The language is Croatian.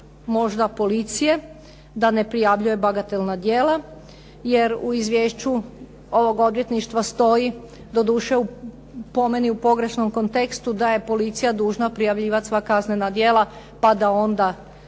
stav policije da ne prijavljuje bagatelna djela, jer u izvješću ovog Odvjetništva stoji doduše po meni u pogrešnom kontekstu da je policija dužna prijavljivati sva kaznena djela pa da onda